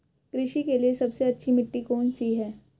कृषि के लिए सबसे अच्छी मिट्टी कौन सी है?